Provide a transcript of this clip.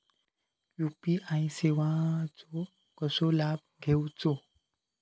UPI सेवाचो कसो लाभ घेवचो?